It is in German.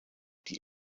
die